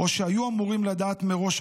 או שהיו אמורים לדעת מראש,